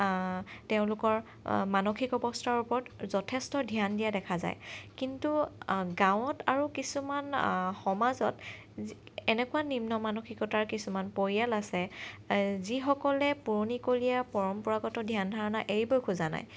তেওঁলোকৰ মানসিক অৱস্থাৰ ওপৰত যথেষ্ট ধ্যান দিয়া দেখা যায় কিন্তু গাঁৱত আৰু কিছুমান সমাজত এনেকুৱা নিম্ন মানসিকতা কিছুমান পৰিয়াল আছে যিসকলে পুৰণিকলীয়া পৰম্পৰাগত ধ্যান ধাৰণা এৰিব খোজা নাই